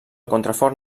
contrafort